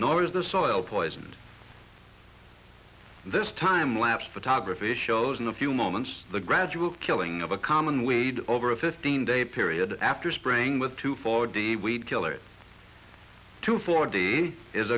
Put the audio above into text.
nor is the soil poisoned this time lapse photography shows in a few moments the gradual killing of a common weighed over a fifteen day period after spring with two for the weed killer to forty is